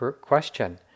question